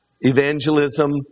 evangelism